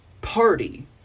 party